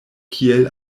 kiel